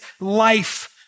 life